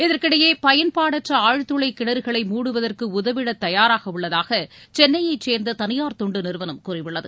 இதற்கிடையே பயன்பாடற்ற ஆழ்துளை கிணறுகளை மூடுவதற்கு உதவிட தயாராக உள்ளதாக சென்னையைச் சேர்ந்த தனியார் தொண்டு நிறுவனம் கூறியுள்ளது